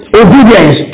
obedience